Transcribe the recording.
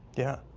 yeah,